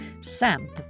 Sam